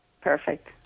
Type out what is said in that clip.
Perfect